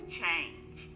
change